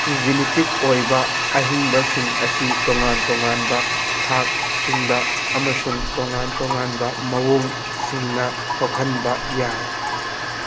genetic ꯑꯣꯏꯕ ꯑꯍꯤꯡꯕꯁꯤꯡ ꯑꯁꯤ ꯇꯣꯉꯥꯟ ꯇꯣꯉꯥꯟꯕ ꯊꯥꯛꯁꯤꯡꯗ ꯑꯃꯁꯨꯡ ꯇꯣꯉꯥꯟ ꯇꯣꯉꯥꯟꯕ ꯃꯑꯣꯡꯁꯤꯡꯅ ꯊꯣꯛꯍꯟꯕ ꯌꯥꯏ